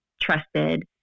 trusted